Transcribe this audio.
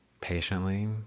patiently